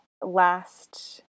Last